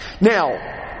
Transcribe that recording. Now